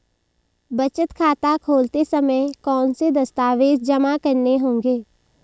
बचत खाता खोलते समय कौनसे दस्तावेज़ जमा करने होंगे?